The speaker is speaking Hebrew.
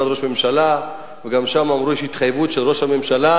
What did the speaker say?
ראש הממשלה וגם שם אמרו שיש התחייבות של ראש הממשלה